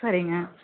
சரிங்க